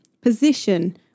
position